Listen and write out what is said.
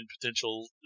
potential